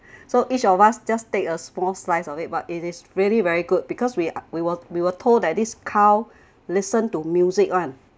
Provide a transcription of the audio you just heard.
so each of us just take a small slice of it but it is really very good because we we were we were told that this cow listen to music [one]